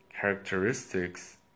characteristics